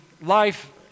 life